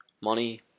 money